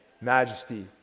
majesty